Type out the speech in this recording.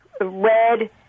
red